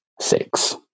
six